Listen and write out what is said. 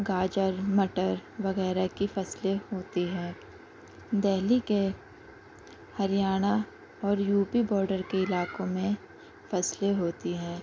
گاجر مٹر وغیرہ کی فصلیں ہوتی ہے دہلی کے ہریانہ اور یوپی باڈر کے علاقوں میں فصلیں ہوتی ہیں